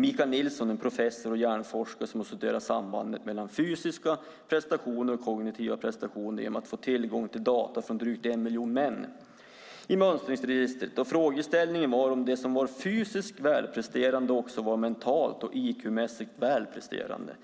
Michael Nilsson, professor och hjärnforskare, har studerat sambandet mellan fysiska och kognitiva prestationer genom att få tillgång till data från drygt en miljon män i mönstringsregistret. Frågeställningen var om de som var fysiskt välpresterande också var mentalt och IQ-mässigt välpresterande.